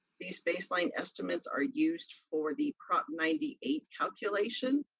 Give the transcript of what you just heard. these baseline estimates are used for the prop ninety eight calculation.